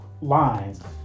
lines